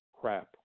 crap